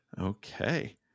Okay